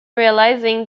realising